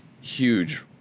huge